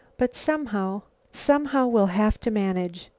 but somehow somehow, we'll have to manage.